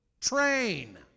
train